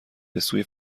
بسوی